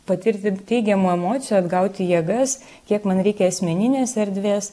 patirti teigiamų emocijų atgauti jėgas kiek man reikia asmeninės erdvės